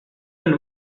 and